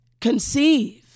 conceive